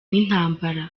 n’intambara